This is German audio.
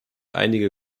einige